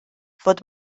fod